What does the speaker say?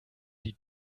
die